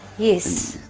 yes.